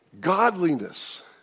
Godliness